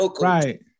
Right